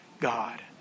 God